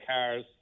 cars